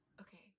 Okay